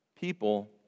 people